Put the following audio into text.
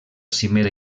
cimera